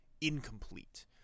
incomplete